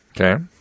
okay